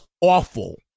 awful